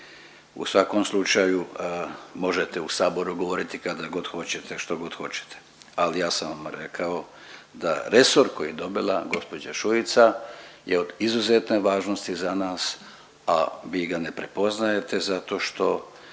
U svakom slučaju možete u saboru govoriti kada god hoćete što god hoćete, ali ja sam vam rekao da resor koji je dobila gđa. Šuica je od izuzetne važnosti za nas, a vi ga ne prepoznajete zato što,